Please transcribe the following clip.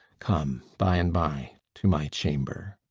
come by and by to my chamber.